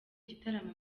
igitaramo